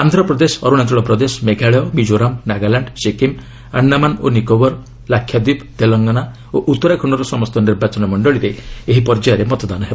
ଆନ୍ଧ୍ରପ୍ରଦେଶ ଅରୁଣାଚଳ ପ୍ରଦେଶ ମେଘାଳୟ ମିକୋରାମ୍ ନାଗାଲାଣ୍ଡ ସିକିମ୍ ଆଶ୍ଡାମାନ ଓ ନିକୋବର ଲାକ୍ଷ୍ୟାଦ୍ୱୀପ ତେଲଗଙ୍ଗନା ଓ ଉତ୍ତରାଖଣ୍ଡର ସମସ୍ତ ନିର୍ବାଚନ ମଣ୍ଡଳୀରେ ଏହି ପର୍ଯ୍ୟାୟରେ ମତଦାନ ହେବ